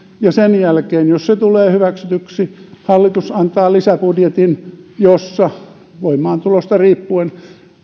ja sen jälkeen jos se tulee hyväksytyksi hallitus antaa lisäbudjetin jossa voimaantulosta riippuen